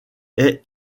est